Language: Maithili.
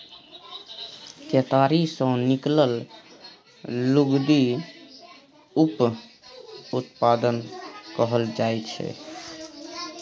केतारी सँ निकलल लुगदी उप उत्पाद कहल जाइ छै